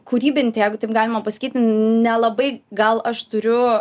kūrybinti jeigu taip galima pasakyti nelabai gal aš turiu